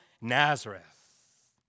Nazareth